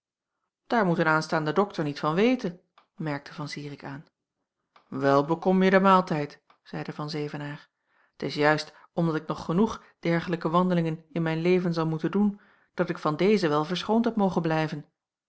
daar moet een aanstaande dokter niet van weten merkte van zirik aan wel bekom je de maaltijd zeide van zevenaer t is juist omdat ik nog genoeg dergelijke wandelingen in mijn leven zal moeten doen dat ik van deze wel verschoond had mogen blijven